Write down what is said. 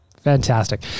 Fantastic